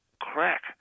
crack